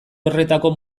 horretako